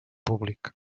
públic